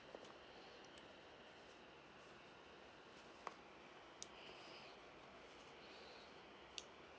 uh